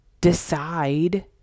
decide